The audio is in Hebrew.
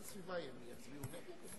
והסעיף הבא: הצעת חוק שמירת ניקיון (תיקון מס' 17),